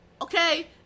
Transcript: okay